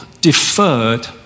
deferred